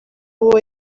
uwo